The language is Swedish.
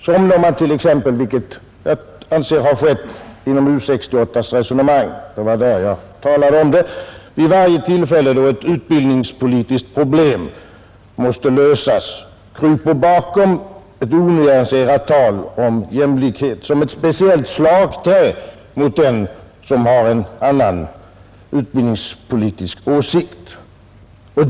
Jag anser, att ett sådant missbruk har skett t.ex. i U 68:s resonemang — det var där jag talade om det — när man vid varje tillfälle då ett utbildningspolitiskt problem måste lösas kryper bakom ett onyanserat tal om jämlikhet som ett speciellt slagträ mot den som har en annan utbildningspolitisk åsikt.